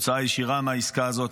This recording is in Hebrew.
כתוצאה ישירה מהעסקה הזאת,